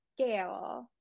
scale